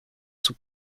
sous